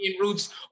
roots